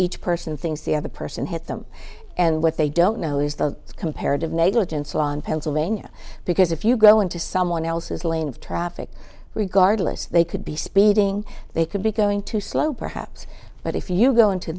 each person thinks the other person hit them and what they don't know is the comparative negligence law in pennsylvania because if you go into someone else's lane of traffic regardless they could be speeding they could be going too slow perhaps but if you go into